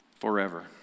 forever